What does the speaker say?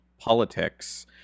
politics